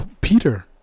peter